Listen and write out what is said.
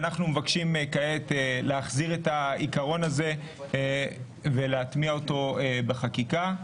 ואנחנו מבקשים כעת להחזיר את העיקרון הזה ולהטמיע אותו בחקיקה.